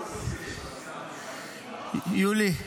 יולי,